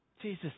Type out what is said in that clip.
Jesus